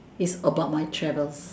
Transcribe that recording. it's about my travels